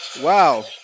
Wow